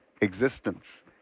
existence